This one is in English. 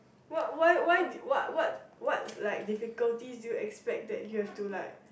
what why why did what what what like difficulties did you expect that you have to like